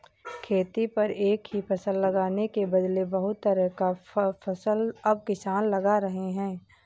खेती पर एक ही फसल लगाने के बदले बहुत तरह का फसल अब किसान लगा रहे हैं